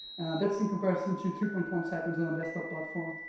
that's in comparison to three point one seconds on the desktop platform.